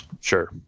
sure